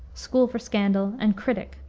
school for scandal, and critic,